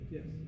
Yes